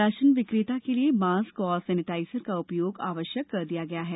ration विक्रेता के लिये मॉस्क और सेनेटाइजर का उपयोग आवश्यक कर दिया गया है